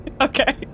Okay